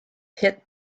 pit